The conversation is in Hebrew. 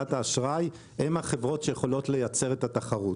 קבלת האשראי אלה החברות שיכולות לייצר את התחרות.